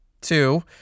Two